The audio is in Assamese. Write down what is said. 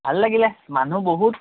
ভাল লাগিলে মানুহ বহুত